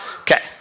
Okay